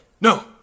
No